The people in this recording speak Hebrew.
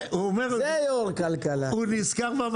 המרכזיים ברפורמה הזאת הוא הנושא של הריבית הכוללת החזויה.